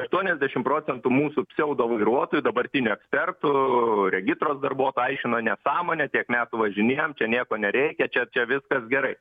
aštuoniasdešim procentų mūsų pseudo vairuotojų dabartinių ekspertų regitros darbuotojai aiškina nesąmonė tiek metų važinėjom čia nieko nereikia čia čia viskas gerai